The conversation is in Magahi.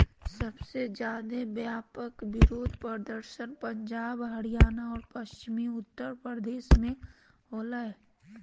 सबसे ज्यादे व्यापक विरोध प्रदर्शन पंजाब, हरियाणा और पश्चिमी उत्तर प्रदेश में होलय